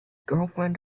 girlfriend